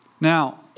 Now